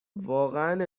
واقعا